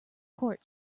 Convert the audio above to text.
court